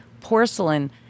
porcelain